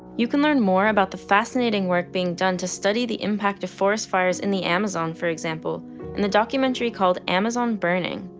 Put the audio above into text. you can learn more about the fascinating work being done to study the impact of forest fires in the amazon for example in the documentary called amazon burning.